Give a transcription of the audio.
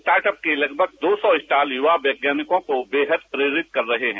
startup के लगभग दो सौ स्टॉल युवा वैज्ञानिकों को बेहतर प्रेरित कर रहे हैं